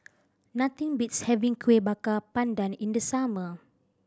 nothing beats having Kuih Bakar Pandan in the summer